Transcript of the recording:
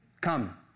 Come